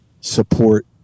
support